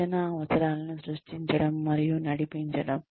శిక్షణ అవసరాలను సృష్టించడం మరియు నడిపిచడం